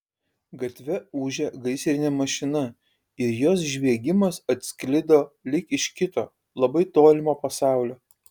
gatve ūžė gaisrinė mašina ir jos žviegimas atsklido lyg iš kito labai tolimo pasaulio